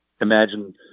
imagine